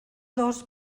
dos